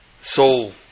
soul